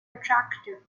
attractive